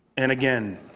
and again.